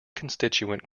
constituent